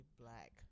black